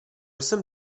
jsem